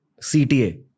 CTA